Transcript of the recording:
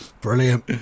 Brilliant